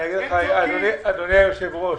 אדוני היושב-ראש,